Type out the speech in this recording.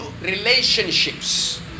relationships